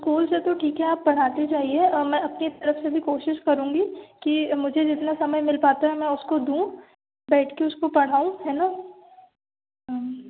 school से तो ठीक है आप पढ़ाते जाइए मैं अपनी तरफ से भी कोशिश करूँगी कि मुझे जितना समय मिल पाता है मैं उसको दूँ बैठ के उसको पढ़ाऊँ है ना हां जी